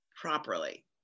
properly